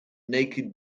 naked